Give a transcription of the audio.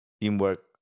teamwork